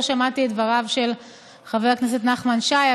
לא שמעתי את דבריו של חבר הכנסת נחמן שי,